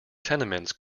tenements